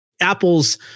Apple's